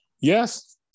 Yes